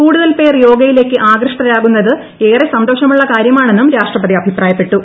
കൂടുതൽ പേർ യോഗയിലേക്ക് ആകൃഷ്ടരാകുന്നത് ഏറെ സന്തോഷമുള്ള കാര്യമാണെന്നും രാഷ്ട്രപതി അഭിപ്രായപ്പെട്ടു